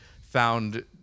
found